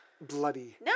bloody